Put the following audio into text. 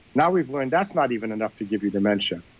now we've learned that's not even enough to give you dementia,